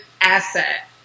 asset